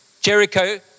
Jericho